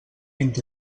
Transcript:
vint